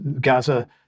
Gaza